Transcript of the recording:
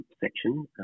section